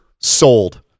sold